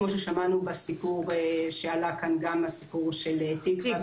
כמו ששמענו בסיפור שעלה כאן גם מהסיפור של תקווה,